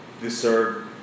deserve